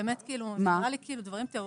באמת כאילו זה נראה לי דברים תיאורטיים.